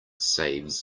saves